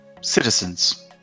Citizens